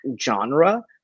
genre